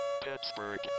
Pittsburgh